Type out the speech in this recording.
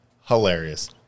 Hilarious